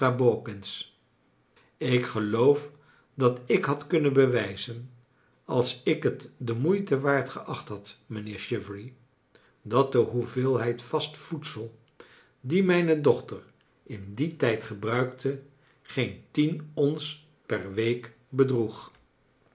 ik geloof dat ik had kunnen bewijzen als ik het de moeite waard geacht had mijnheer chivery dat de hoeveelheid vast voedsel die mijne dochter in dien tijd gebruikte geen tien cms per week bedroeg